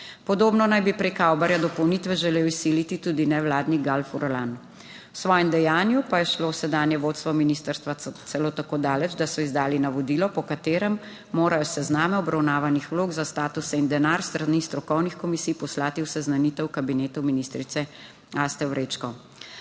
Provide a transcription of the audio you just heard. Podobno naj bi prek Avbarja dopolnitve želel izsiliti tudi nevladni Gal Furlan. V svojem dejanju pa je šlo sedanje vodstvo ministrstva celo tako daleč, da so izdali navodilo, po katerem morajo sezname obravnavanih vlog za statuse in denar s strani strokovnih komisij poslati v seznanitev kabinetu ministrice Aste Vrečko.